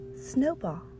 Snowball